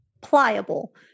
pliable